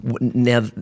Now